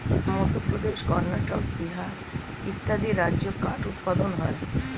মধ্যপ্রদেশ, কর্ণাটক, বিহার ইত্যাদি রাজ্যে কাঠ উৎপাদন হয়